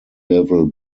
level